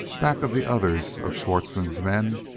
back of the others of schwartzmann's men,